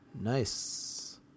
Nice